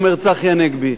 אומר צחי הנגבי,